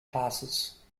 classes